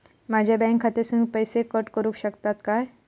माझ्या बँक खात्यासून पैसे कट करुक शकतात काय?